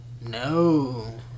No